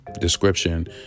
Description